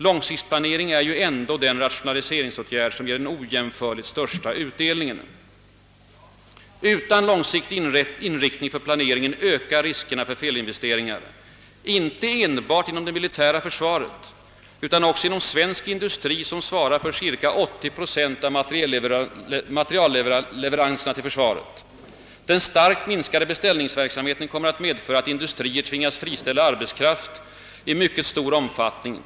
Långsiktsplanering är ju ändå den rationaliseringsåtgärd som ger den ojämförligt största utdelningen, — Utan långsiktig inriktning för planeringen ökar riskerna för felinvesteringar inte enbart inom det militära försvaret utan också inom svensk industri, som svarar för cirka 80 Yo av materielleveranserna till försvaret. — Den starkt minskade beställningsverksamheten kommer att medföra att industrier tvingas friställa arbetskraft i mycket stor omfattning.